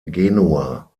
genua